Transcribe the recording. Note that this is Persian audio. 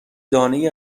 دانه